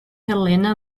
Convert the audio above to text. helena